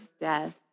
death